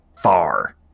far